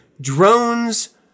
drones